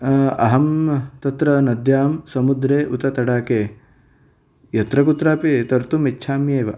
अहं तत्र नद्यां समुद्रे उत तडागे यत्र कुत्रापि तर्तुमिच्छाम्येव